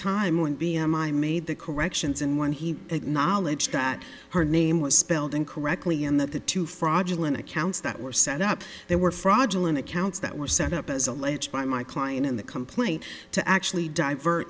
time when b m i made the corrections and when he acknowledged that her name was spelled incorrectly and that the two fraudulent accounts that were set up there were fraudulent accounts that were set up as alleged by my client in the complaint to actually divert